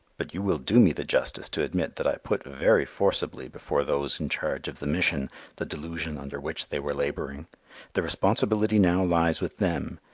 but you will do me the justice to admit that i put very forcibly before those in charge of the mission the delusion under which they were labouring the responsibility now lies with them,